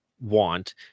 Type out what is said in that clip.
want